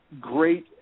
great